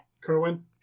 Kerwin